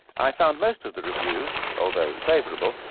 i found most of the reviews, although favourable,